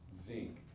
zinc